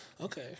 Okay